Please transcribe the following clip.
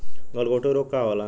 गलघोटू रोग का होला?